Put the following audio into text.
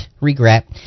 Regret